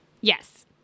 Yes